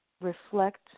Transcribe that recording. reflect